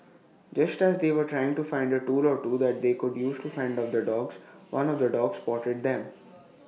just as they were trying to find A tool or two that they could use to fend off the dogs one of the dogs spotted them